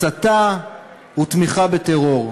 הסתה ותמיכה בטרור.